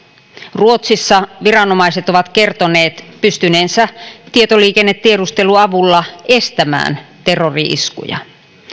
ruotsissa viranomaiset ovat kertoneet pystyneensä tietoliikennetiedustelun avulla estämään terrori iskuja